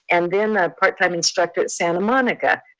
and then a part time instructor at santa monica.